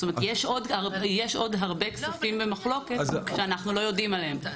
זאת אומרת יש עוד הרבה כספים במחלוקת שאנחנו לא יודעים עליהם.